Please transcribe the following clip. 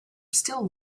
still